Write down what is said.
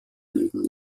gegen